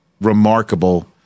remarkable